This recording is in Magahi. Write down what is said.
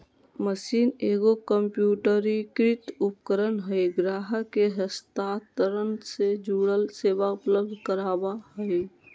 मशीन एगो कंप्यूटरीकृत उपकरण हइ ग्राहक के हस्तांतरण से जुड़ल सेवा उपलब्ध कराबा हइ